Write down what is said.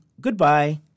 goodbye